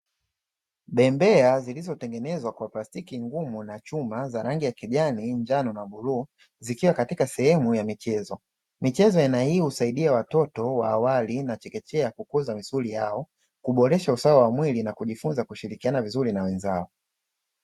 Bembea zilizotengenezwa kwa plastiki ngumu na chuma, za rangi ya kijana, njano na bluu, zikiwa katika sehemu ya michezo. Michezo ya aina hii husaidia watoto wa awali na chekechea kukuza misuli yao, kuboresha ustawi wa mwili na kujifunza kushirikiana vizuri na wenzao.